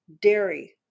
dairy